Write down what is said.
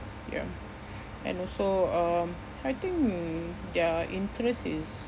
ya and also um I think their interest is